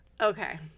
Okay